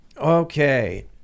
Okay